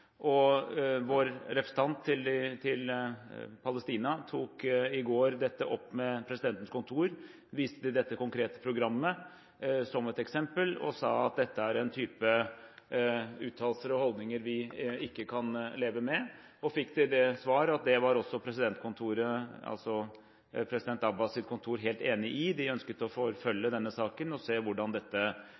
og vår representant til Palestina tok i går dette opp med president Abbas’ kontor og viste til dette konkrete programmet som et eksempel og sa at dette er en type uttalelser og holdninger vi ikke kan leve med. Vi fikk det svar at det er også presidentens kontor helt enig i. De ønsket å forfølge denne saken og se hvordan dette